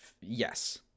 Yes